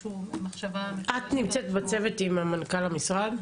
את נמצאת בצוות עם מנכ"ל המשרד?